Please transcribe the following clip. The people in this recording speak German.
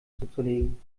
zuzulegen